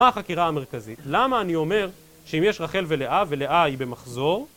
מה החקירה המרכזית? למה אני אומר שאם יש רחל ולאה, ולאה היא במחזור?